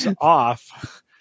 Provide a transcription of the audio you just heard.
off